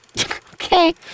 Okay